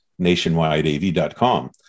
nationwideav.com